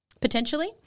potentially